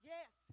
Yes